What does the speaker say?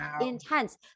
intense